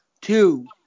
two